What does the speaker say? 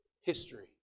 history